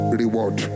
reward